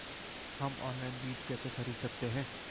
हम ऑनलाइन बीज कैसे खरीद सकते हैं?